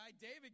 david